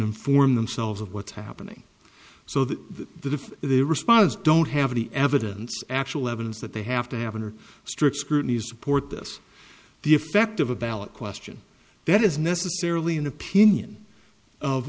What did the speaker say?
inform themselves of what's happening so that that if they respond as don't have any evidence actual evidence that they have to have under strict scrutiny support this the effect of a ballot question that is necessarily an opinion of